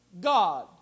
God